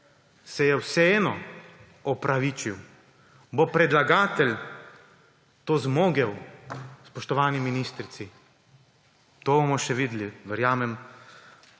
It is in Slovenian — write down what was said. se je vseeno opravičil. Bo predlagatelj to zmogel spoštovani ministrici? To bomo še videli, verjamem